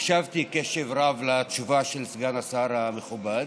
הקשבתי בקשב רב לתשובה של סגן השר המכובד.